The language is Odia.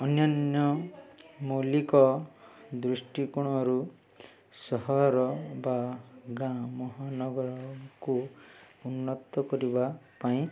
ଅନ୍ୟାନ୍ୟ ମୌଳିକ ଦୃଷ୍ଟିକୋଣରୁ ସହର ବା ଗାଁ ମହାନଗରକୁ ଉନ୍ନତ କରିବା ପାଇଁ